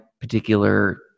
particular